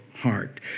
heart